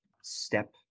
step